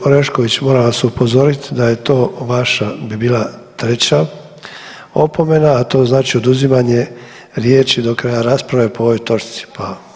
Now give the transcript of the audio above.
Orešković, moram vas upozorit da je to vaša bi bila treća opomena a to znači oduzimanje riječi do kraja rasprave po ovoj točci, pa.